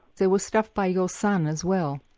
there was stuff by your son as well.